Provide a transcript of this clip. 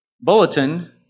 Bulletin